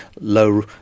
low